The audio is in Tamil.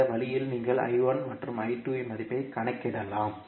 இந்த வழியில் நீங்கள் மற்றும் இன் மதிப்பைக் கணக்கிடலாம்